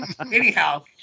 Anyhow